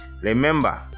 Remember